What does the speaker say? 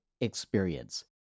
experience